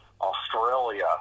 Australia